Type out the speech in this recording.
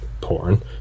porn